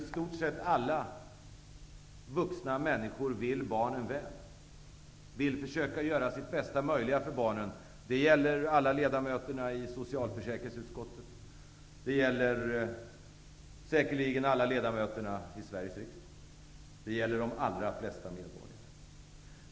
I stort sett alla vuxna människor vill barnen väl, vill försöka göra sitt bästa möjliga för barnen. Det gäller alla ledamöter i socialförsäkringsutskottet. Det gäller säkerligen alla ledamöterna i Sveriges riksdag. Det gäller de allra flesta medborgare.